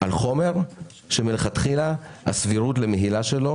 על חומר שמלכתחילה הסבירות למהילה שלו